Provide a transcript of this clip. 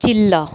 chilla